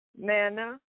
manna